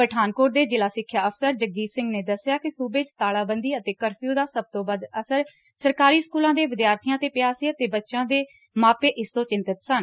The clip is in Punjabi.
ਪਠਾਨਕੋਟ ਦੇ ਜਿਲਾ ਸਿੱਖਿਆ ਅਫਸਰ ਜਗਜੀਤ ਸਿੰਘ ਨੇ ਦੱਸਿਆ ਕਿ ਸੁਬੰ 'ਚ ਤਾਲਾਬੰਦੀ ਅਤੇ ਕਰਫਿਊ ਦਾ ਸਭ ਤੋਂ ਵੱਧ ਅਸਰ ਸਰਕਾਰੀ ਸਕੂਲਾਂ ਦੇ ਵਿਦਿਆਰਬੀਆਂ 'ਤੇ ਪਿਆ ਸੀ ਅਤੇ ਬੱਚਿਆਂ ਦੇ ਮਾਪੇ ਇਸ ਤੋਂ ਚਿੰਤਤ ਸਨ